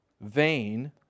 vain